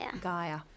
Gaia